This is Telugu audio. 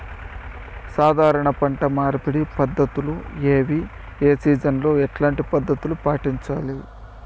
సాధారణ పంట మార్పిడి పద్ధతులు ఏవి? ఏ సీజన్ లో ఎట్లాంటి పద్ధతులు పాటించాలి?